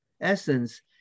essence